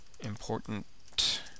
important